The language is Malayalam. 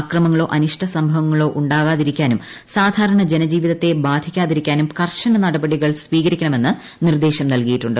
അക്രമങ്ങളോ അനിഷ്ട സംഭവങ്ങളോ ഉണ്ടാവാതിരിക്കാനും സാധാരണ ജനജീവിതത്തെ ബാധിക്കാതിരിക്കാനും കർശന നടപടികൾ സ്വീകരിക്കണമെന്ന് നിർദ്ദേശം നൽകിയിട്ടുണ്ട്